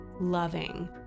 loving